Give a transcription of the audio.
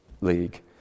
league